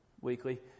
weekly